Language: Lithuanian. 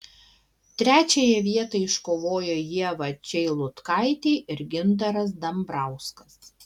trečiąją vietą iškovojo ieva čeilutkaitė ir gintaras dambrauskas